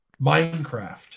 Minecraft